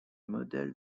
modèle